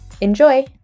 Enjoy